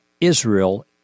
Israel